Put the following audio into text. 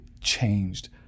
changed